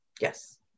Yes